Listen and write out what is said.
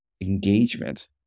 engagement